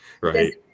right